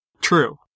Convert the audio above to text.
True